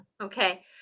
Okay